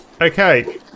Okay